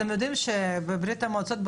אתם יודעים שבברית המועצות,